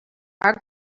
our